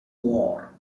war